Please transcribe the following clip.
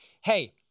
hey